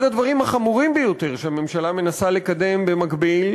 אחד הדברים החמורים ביותר שהממשלה מנסה לקדם במקביל